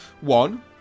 one